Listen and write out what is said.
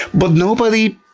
but nobody,